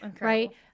right